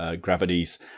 gravities